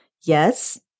Yes